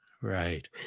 right